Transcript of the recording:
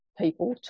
people